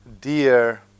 dear